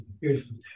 beautiful